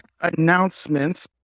announcements